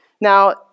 Now